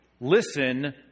listen